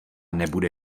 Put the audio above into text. nebude